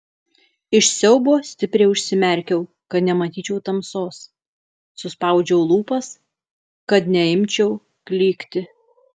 iš siaubo stipriai užsimerkiau kad nematyčiau tamsos suspaudžiau lūpas kad neimčiau klykti